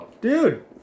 Dude